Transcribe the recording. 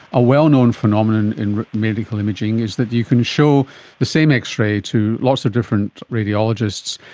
a well-known phenomenon in medical imaging is that you can show the same x-ray to lots of different radiologists,